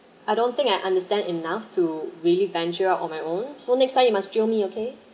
I don't think I understand enough to really venture out on my own so next time you must jio me okay